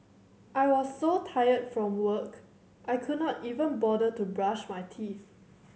I was so tired from work I could not even bother to brush my teeth